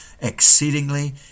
exceedingly